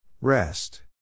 Rest